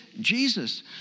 Jesus